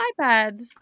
iPads